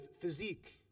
physique